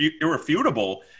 irrefutable